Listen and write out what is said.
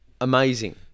Amazing